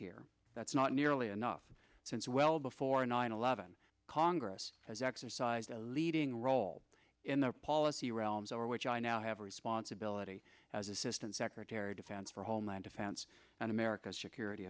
here that's not nearly enough since well before nine eleven congress has exercised a leading role in the policy realms over which i now have a responsibility as assistant secretary of defense for homeland defense and america's security